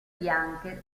bianche